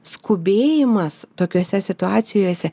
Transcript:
skubėjimas tokiose situacijose